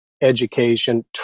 education